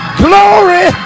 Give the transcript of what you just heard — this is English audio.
glory